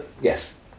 yes